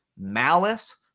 malice